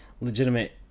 Legitimate